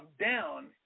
down